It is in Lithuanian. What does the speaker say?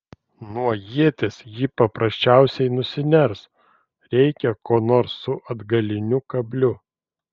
nuo ieties ji paprasčiausiai nusiners reikia ko nors su atgaliniu kabliu